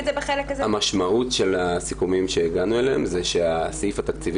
המשמעות של הסיכומים שהגענו אליהם היא שהסעיף התקציבי